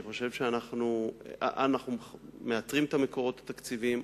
אנחנו מאתרים את המקורות התקציביים,